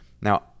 Now